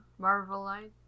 Marvelite